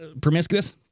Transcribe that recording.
promiscuous